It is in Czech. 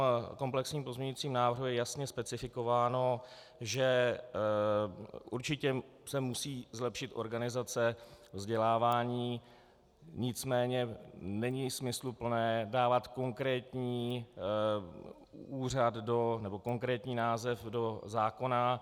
V komplexním pozměňovacím návrhu je jasně specifikováno, že určitě se musí zlepšit organizace vzdělávání, nicméně není smysluplné dávat konkrétní úřad nebo konkrétní název do zákona.